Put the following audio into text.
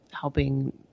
helping